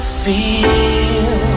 feel